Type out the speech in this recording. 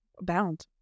Bound